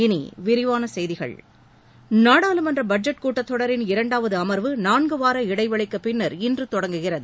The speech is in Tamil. இனி விரிவான செய்திகள் நாடாளுமன்ற பட்ஜெட் கூட்டத்தொடரின் இரண்டாவது அமர்வு நான்கு வார இடைவெளிக்குப் பின்ன் இன்று தொடங்குகிறது